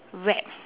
rap